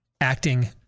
acting